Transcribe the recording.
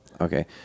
Okay